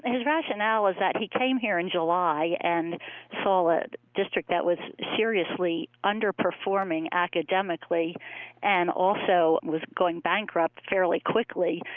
and his rationale is that he came here in july and saw a district that was seriously underperforming academically and also was going bankrupt fairly quickly.